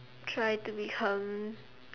try to become